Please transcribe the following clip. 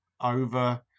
over